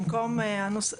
במקום הנוסח,